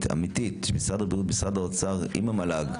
אמיתית של משרד הבריאות ומשרד האוצר עם המל"ג,